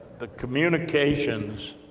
the communications